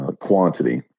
quantity